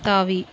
தாவி